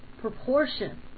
proportion